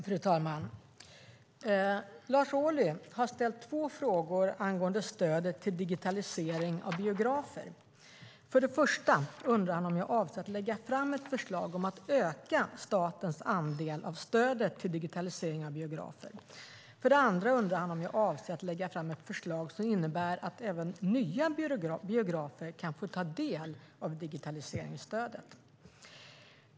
Fru talman! Lars Ohly har ställt två frågor angående stödet till digitalisering av biografer. För det första undrar han om jag avser att lägga fram ett förslag om att öka statens andel av stödet till digitalisering av biografer. För det andra undrar han om jag avser att lägga fram ett förslag som innebär att även nya biografer kan få del av digitaliseringsstödet.